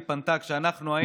היא פנתה כשאנחנו היינו,